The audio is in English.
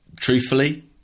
truthfully